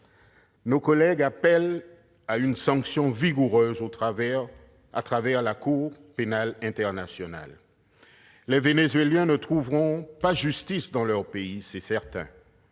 Nos collègues appellent à une action vigoureuse de la part de la Cour pénale internationale. Les Vénézuéliens ne trouveront pas justice dans leur pays, c'est certain